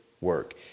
work